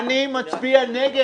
אני מצביע נגד.